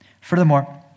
Furthermore